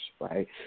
Right